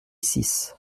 six